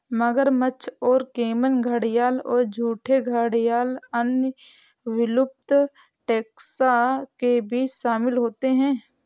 मगरमच्छ और कैमन घड़ियाल और झूठे घड़ियाल अन्य विलुप्त टैक्सा के बीच शामिल होते हैं